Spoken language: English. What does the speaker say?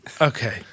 Okay